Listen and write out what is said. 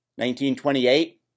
1928